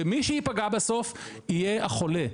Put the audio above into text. ומי שייפגע בסוף יהיה החולה.